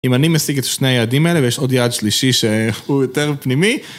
אם אני משיג את שני היעדים האלה ויש עוד יעד שלישי שהוא יותר פנימי